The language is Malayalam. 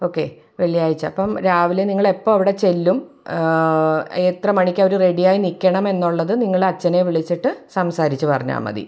ഓക്കെ വെള്ളിയാഴ്ച അപ്പം രാവിലെ നിങ്ങളെപ്പോൾ അവിടെ ചെല്ലും എത്ര മണിക്കവർ റെഡിയായി നിക്കണമെന്നുള്ളത് നിങ്ങൾ അച്ഛനെ വിളിച്ചിട്ട് സംസാരിച്ച് പറഞ്ഞാൽ മതി